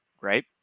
right